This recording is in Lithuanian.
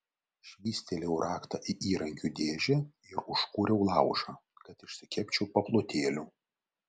švystelėjau raktą į įrankių dėžę ir užkūriau laužą kad išsikepčiau paplotėlių